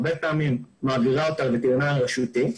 הרבה פעמים היא מעבירה אותה לווטרינר הרשותי,